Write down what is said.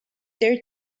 their